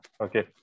Okay